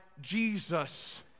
Jesus